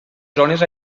zones